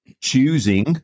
choosing